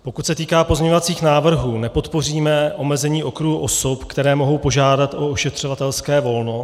Pokud se týká pozměňovacích návrhů, nepodpoříme omezení okruhu osob, které mohou požádat o ošetřovatelské volno.